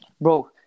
bro